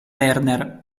werner